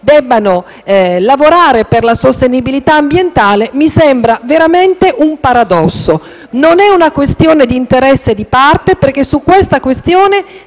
debbono lavorare per la sostenibilità ambientale, mi sembra veramente un paradosso. Non è una questione di interessi di parte perché su tale questione